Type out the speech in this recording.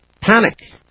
Panic